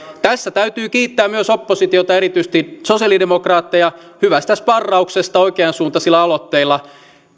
tässä täytyy kiittää myös oppositiota erityisesti sosialidemokraatteja hyvästä sparrauksesta oikeansuuntaisilla aloitteilla